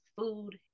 food